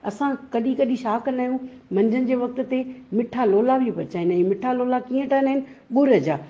असां कॾहिं कॾहिं छा कंदा आहियूं मंझन जे वक़्त ते मिठा लोला बि पचाईंदा आहियूं मिठा लोला कीअं ठहंदा आहिनि ॻुड़ जा